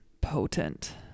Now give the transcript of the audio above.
potent